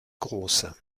große